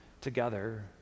together